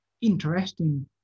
interesting